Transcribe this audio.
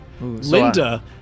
Linda